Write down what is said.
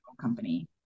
company